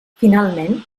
finalment